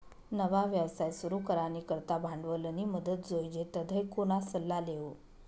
नवा व्यवसाय सुरू करानी करता भांडवलनी मदत जोइजे तधय कोणा सल्ला लेवो